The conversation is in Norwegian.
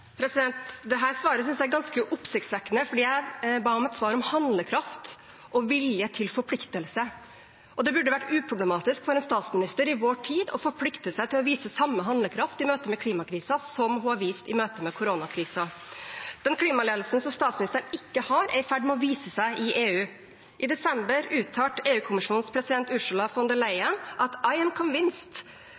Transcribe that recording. svaret synes jeg er ganske oppsiktsvekkende, for jeg ba om et svar om handlekraft og vilje til forpliktelse. Det burde vært uproblematisk for en statsminister i vår tid å forplikte seg til å vise samme handlekraft i møte med klimakrisen som hun har vist i møte med koronakrisen. Den klimaledelsen som statsministeren ikke har, er i ferd med å vise seg i EU. I desember uttalte EU-kommisjonens president,